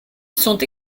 sont